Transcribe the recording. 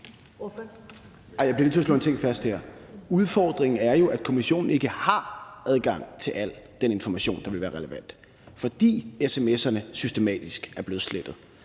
jeg bliver nødt til at slå en ting fast her. Udfordringen er jo, at kommissionen ikke har adgang til al den information, der vil være relevant, fordi sms'erne systematisk er blevet slettet,